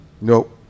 Nope